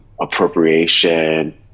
appropriation